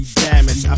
damage